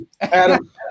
Adam